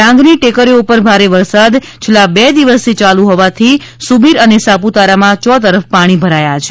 ડાંગની ટેકરીઓ ઉપર ભારે વરસાદ છેલ્લા બે દિવસથી યાલુ હોવાથી વઘઇ સૂબીર અને સાપુતારામાં ચોતરફ પાણી ભરાથા છે